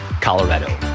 Colorado